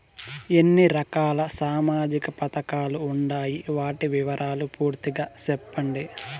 ఎన్ని రకాల సామాజిక పథకాలు ఉండాయి? వాటి వివరాలు పూర్తిగా సెప్పండి?